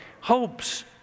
hopes